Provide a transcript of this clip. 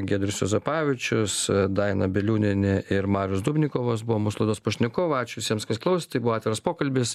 giedrius juozapavičius daina biliūnienė ir marius dubnikovas buvo mūsų laidos pašnekovai ačiū visiems kas klausė tai buvo atviras pokalbis